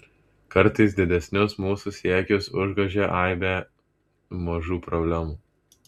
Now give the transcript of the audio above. kartais didesnius mūsų siekius užgožia aibė mažų problemų